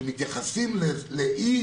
שמתייחסים לאי